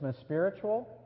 spiritual